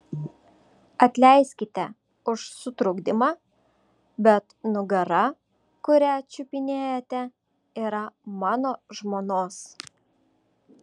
atleiskite už sutrukdymą bet nugara kurią čiupinėjate yra mano žmonos